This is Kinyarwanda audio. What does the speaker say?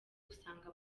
usanga